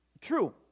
True